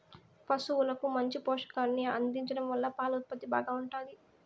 పసువులకు మంచి పోషకాహారాన్ని అందించడం వల్ల పాల ఉత్పత్తి బాగా ఉంటాది